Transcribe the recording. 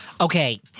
okay